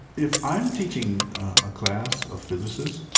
if i'm teaching a class of physicists,